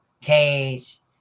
cage